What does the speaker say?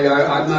i